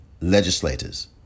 legislators